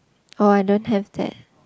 oh I don't have that